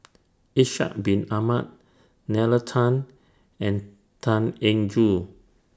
Ishak Bin Ahmad Nalla Tan and Tan Eng Joo